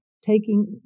taking